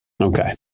Okay